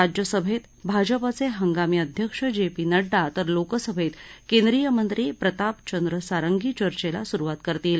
राज्यसभरीभाजपाच हिगामी अध्यक्ष जप्ती नङ्डा तर लोकसभरीकेंद्रीय मंत्री प्रताप चंद्र सारंगी चर्चेला सुरुवात करतील